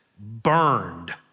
burned